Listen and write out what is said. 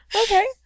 Okay